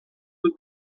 the